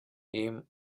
aim